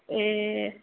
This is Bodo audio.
ए